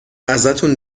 ازتون